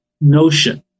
notion